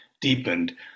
deepened